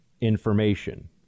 information